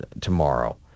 tomorrow